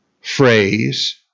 phrase